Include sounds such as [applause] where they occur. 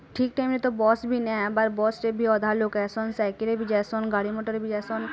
ଠିକ୍ ଟାଇମ୍ରେ ତ ବସ୍ବି ନାଇଁ [unintelligible] ବସ୍ରେ ବି ଅଧା ଲୋକେସନ୍ ସାଇକେଲ୍ରେ ବି ଯାଇସନ୍ ଗାଡ଼ି ମଟର୍ରେ ବି ଯାଇସନ୍